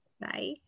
Bye